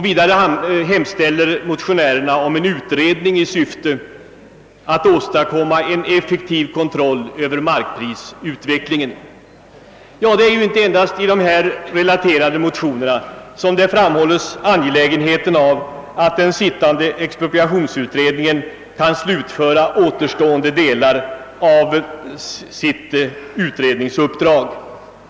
Vidare hemställer motionärerna om en utredning i syfte att åstadkomma en effektiv kontroll över markprisutvecklingen. Det är inte endast i de här relaterade motionerna som man framhåller angelägenheten av att den sittande expropriationsutredningen kan slutföra återstående delar av sitt utredningsuppdrag.